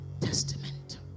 Testament